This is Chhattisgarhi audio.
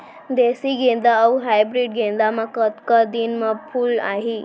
देसी गेंदा अऊ हाइब्रिड गेंदा म कतका दिन म फूल आही?